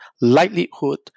likelihood